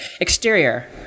Exterior